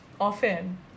often